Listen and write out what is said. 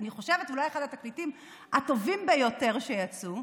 אני חושבת שזה אולי אחד התקליטים הטובים ביותר שיצאו.